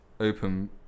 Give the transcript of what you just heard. open